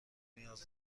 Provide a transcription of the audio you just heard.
نیاز